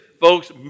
folks